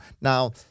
Now